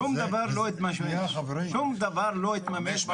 שום דבר לא התממש.